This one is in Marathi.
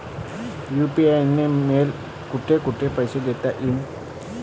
यू.पी.आय न मले कोठ कोठ पैसे देता येईन?